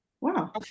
Wow